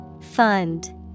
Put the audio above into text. Fund